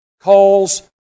calls